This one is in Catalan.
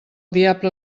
diable